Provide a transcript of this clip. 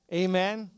amen